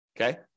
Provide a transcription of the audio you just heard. Okay